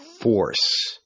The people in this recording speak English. force